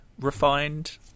refined